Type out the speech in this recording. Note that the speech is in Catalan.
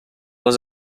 les